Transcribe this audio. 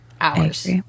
Hours